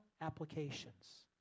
applications